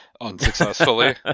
unsuccessfully